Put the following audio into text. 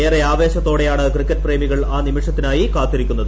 ഏറെ ആവേശത്തോടെയാണ് ക്രിക്കറ്റ് പ്രേമികൾ ആ നിമിഷത്തിനായി കാത്തിരിക്കുന്നത്